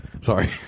Sorry